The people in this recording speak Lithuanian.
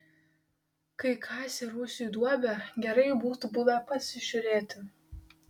kai kasė rūsiui duobę gerai būtų buvę pasižiūrėti